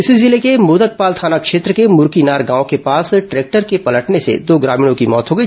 इसी जिले के मोदकपाल थाना क्षेत्र के मुरकीनार गांव के पास ट्रैक्टर के पलटने से दो ग्रामीणों की मौत हो गई